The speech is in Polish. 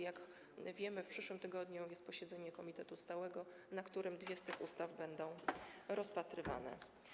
Jak wiemy, w przyszłym tygodniu jest posiedzenie komitetu stałego, na którym dwie z tych ustaw będą rozpatrywane.